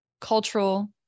cultural